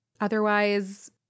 Otherwise